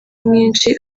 mwinshi